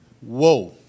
Whoa